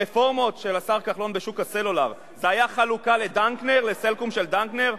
הרפורמות של השר כחלון בשוק הסלולר זה היה חלוקה ל"סלקום" של דנקנר?